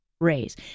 raise